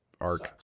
arc